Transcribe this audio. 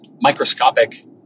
microscopic